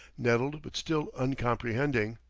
nettled but still uncomprehending.